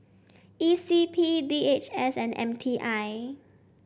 E C P D H S and M T I